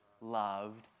loved